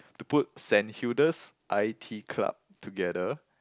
to put Saint Hilda's i_t club together